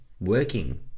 working